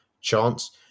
chance